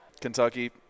Kentucky